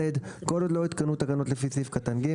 כל עוד לא הותקנו תקנות לפי סעיף קטן (ג),